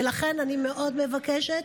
ולכן אני מאוד מבקשת,